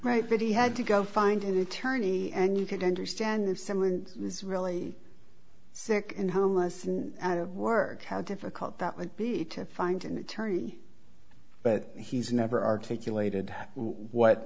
right but he had to go find an attorney and you could understand if someone was really sick and homeless and out of work how difficult that would be to find an attorney but he's never articulated what